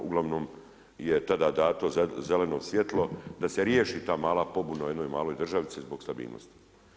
Ugl. je tada dato zeleno svjetlo, da se riješi ta mala pobuna u jednoj maloj državici zbog stabilnosti.